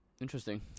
Interesting